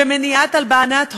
ומניעת הלבנת הון,